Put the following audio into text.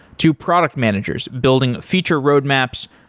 to product managers building feature roadmaps,